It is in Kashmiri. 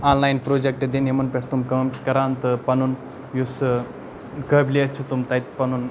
آن لاین پرٛوٚجکٹ دِنۍ یِمَن پٮ۪ٹھ تِم کٲم چھِ کَران تہٕ پَنُن یُس قٲبلیت چھِ تِم تَتہِ پَنُن